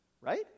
right